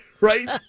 Right